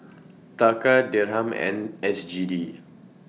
Taka Dirham and S G D